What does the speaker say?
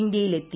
ഇന്ത്യയിലെത്തി